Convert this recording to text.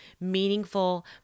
meaningful